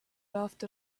laughed